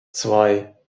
zwei